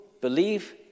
believe